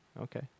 Okay